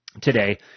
today